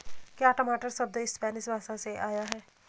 क्या टमाटर शब्द स्पैनिश भाषा से आया है?